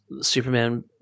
Superman